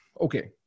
Okay